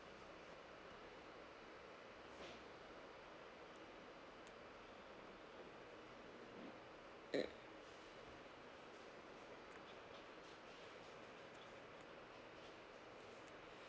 mm